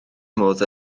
modd